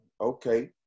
Okay